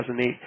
2008